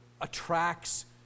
attracts